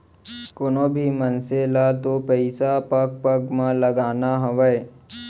कोनों भी मनसे ल तो पइसा पग पग म लगाना हावय